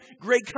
great